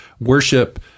worship